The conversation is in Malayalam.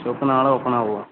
ഷോപ്പ് നാളെ ഓപ്പൺ ആകുമോ